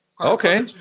Okay